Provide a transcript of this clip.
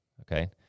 Okay